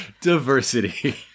Diversity